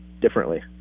differently